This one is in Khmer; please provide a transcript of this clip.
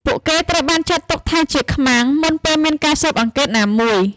ពួកគេត្រូវបានចាត់ទុកថាជា ខ្មាំង មុនពេលមានការស៊ើបអង្កេតណាមួយ។